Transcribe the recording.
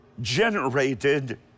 generated